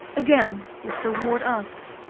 again mr. ward asked,